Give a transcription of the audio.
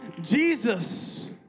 Jesus